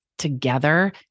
together